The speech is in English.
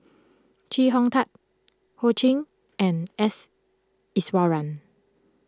Chee Hong Tat Ho Ching and S Iswaran